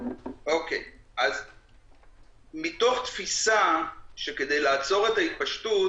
יש תפיסה שאומרת שכדי לעצור את ההתפשטות